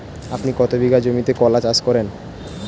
আপনি কত বিঘা জমিতে কলা চাষ করেন?